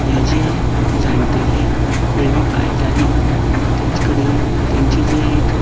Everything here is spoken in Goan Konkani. हें जें जाण्टेलीं पिळगी पाळटाली की तेंचे कडेन तेचें जें एक